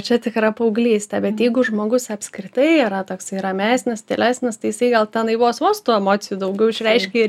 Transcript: čia tikra paauglystė bet jeigu žmogus apskritai yra toksai ramesnis tylesnis tai jisai gal tenai vos vos tų emocijų daugiau išreiškia ir